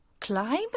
Climb